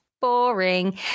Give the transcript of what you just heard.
boring